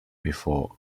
before